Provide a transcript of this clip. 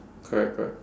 correct correct